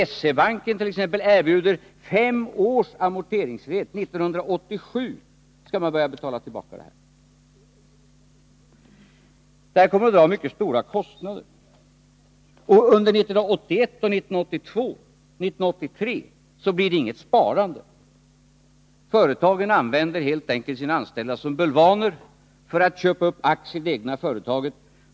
SE-banken erbjuder t.ex. fem års amorteringsfrihet, vilket innebär att man skall börja betala tillbaka 1987. Detta system kommer att dra mycket stora kostnader. Under 1981, 1982 och 1983 blir det inget sparande. Företagen använder helt enkelt sina anställda som bulvaner för att köpa upp aktier i det egna företaget.